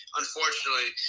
unfortunately